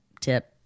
tip